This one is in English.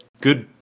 good